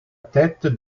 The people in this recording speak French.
tête